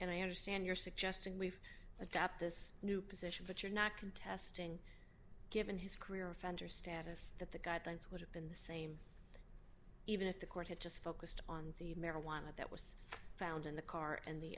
and i understand you're suggesting we adapt this new position but you're not contesting given his career offender status that the guidelines would have been the same even if the court had just focused on the marijuana that was found in the car and the